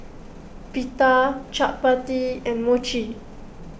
Pita Chapati and Mochi